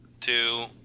two